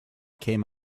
came